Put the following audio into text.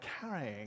carrying